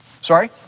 Sorry